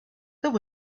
there